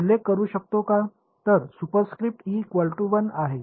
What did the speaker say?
तर superscript आहे